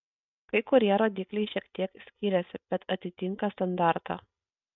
kai kurie rodikliai šiek tiek skiriasi bet atitinka standartą